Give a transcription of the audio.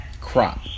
Crop